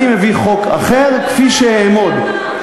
אני מביא חוק אחר, כפי שאעמוד עליו.